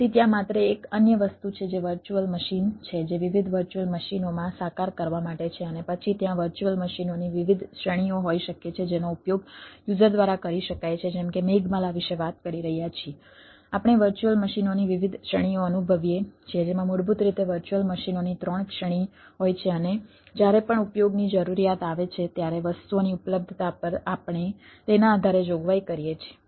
તેથી ત્યાં માત્ર એક અન્ય વસ્તુ છે જે વર્ચ્યુઅલ મશીન છે જે વિવિધ વર્ચ્યુઅલ મશીનોમાં સાકાર કરવા માટે છે અને પછી ત્યાં વર્ચ્યુઅલ મશીનોની વિવિધ શ્રેણીઓ હોઈ શકે છે જેનો ઉપયોગ યુઝર દ્વારા કરી શકાય છે જેમ કે મેઘમાલા વિશે વાત કરી રહ્યા છીએ આપણે વર્ચ્યુઅલ મશીનોની વિવિધ શ્રેણીઓ અનુભવીએ છીએ જેમાં મૂળભૂત રીતે વર્ચ્યુઅલ મશીનોની ત્રણ શ્રેણી હોય છે અને જ્યારે પણ ઉપયોગની જરૂરિયાત આવે છે ત્યારે વસ્તુઓની ઉપલબ્ધતા પર આપણે તેના આધારે જોગવાઈ કરીએ છીએ